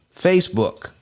Facebook